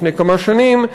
לפני כמה שנים,